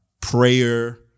prayer